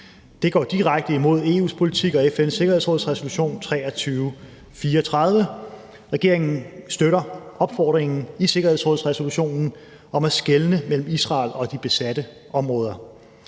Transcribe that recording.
Det går direkte imod EU's politik og FN's Sikkerhedsråds resolution 2334. Regeringen støtter opfordringen i sikkerhedsrådsresolutionen om at skelne mellem Israel og de besatte områder.